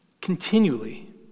continually